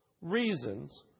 reasons